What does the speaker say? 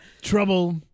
Trouble